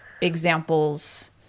examples